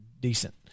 decent